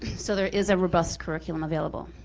so there is a robust curriculum available.